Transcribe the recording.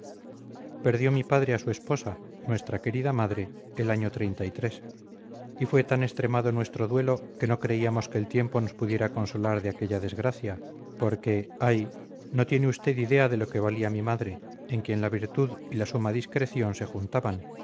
perdió mi padre a su esposa nuestra querida madre el año y fue tan extremado nuestro duelo que no creíamos que el tiempo nos pudiera consolar de aquella desgracia porque ay no tiene usted idea de lo que valía mi madre en quien la virtud y la suma discreción se juntaban